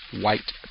white